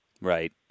Right